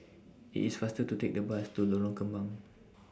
IT IS faster to Take The Bus to Lorong Kembang